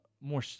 more